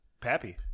Pappy